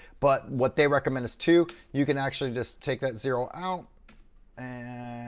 but what they recommend is two. you can actually just take that zero out and